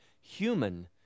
human